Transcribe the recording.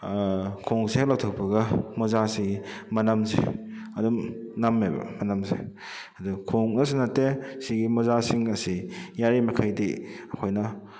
ꯈꯣꯡꯎꯞꯁꯦ ꯍꯦꯛ ꯂꯧꯊꯣꯛꯄꯒ ꯃꯣꯖꯥꯁꯤ ꯃꯅꯝꯁꯤ ꯑꯗꯨꯝ ꯅꯝꯃꯦꯕ ꯃꯅꯝꯁꯦ ꯑꯗꯨꯒ ꯈꯣꯡꯎꯞꯅꯁꯨ ꯅꯠꯇꯦ ꯁꯤꯒꯤ ꯃꯣꯖꯥꯁꯤꯡ ꯑꯁꯤ ꯌꯥꯔꯤꯕ ꯃꯈꯩꯗꯤ ꯑꯩꯈꯣꯏꯅ